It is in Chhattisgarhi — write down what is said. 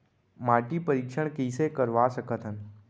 माटी परीक्षण कइसे करवा सकत हन?